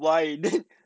why